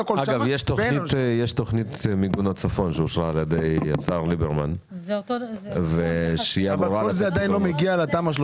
תוכנית מיגון הצפון שאושרה על ידי השר ליברמן והיא אמורה לתת מענה.